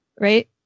right